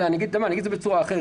אלא אגיד את זה בצורה אחרת: